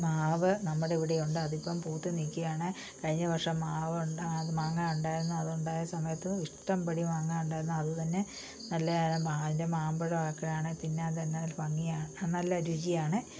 മാവ് നമ്മുടെ ഇവിടെയുണ്ട് അതിപ്പം പൂത്ത് നിൽക്കുകയാണ് കഴിഞ്ഞ വർഷം മാവ് മാങ്ങ ഉണ്ടായിരുന്നു അതുണ്ടായ സമയത്ത് ഇഷ്ടമ്പടി മാങ്ങ ഉണ്ടായിരുന്നു അതുതന്നെ നല്ല അതിൻ്റെ മാമ്പഴം ഒക്കെയാണെങ്കിൽ തിന്നാൻ തന്നെ ഒരു ഭംഗിയാണ് നല്ല രുചിയാണ്